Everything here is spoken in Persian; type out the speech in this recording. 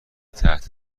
تحت